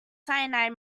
cyanide